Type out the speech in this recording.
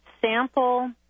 sample